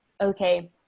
Okay